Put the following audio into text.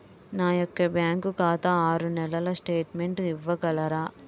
నా యొక్క బ్యాంకు ఖాతా ఆరు నెలల స్టేట్మెంట్ ఇవ్వగలరా?